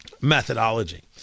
methodology